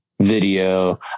video